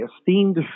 esteemed